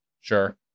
Sure